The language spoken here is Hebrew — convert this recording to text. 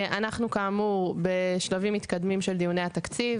כאמור, אנחנו בשלבים מתקדמים של דיוני התקציב.